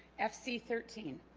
fc thirteen